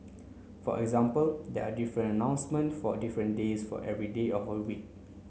for example there are different announcement for different days for every day of whole week